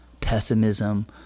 pessimism